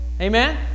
Amen